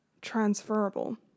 transferable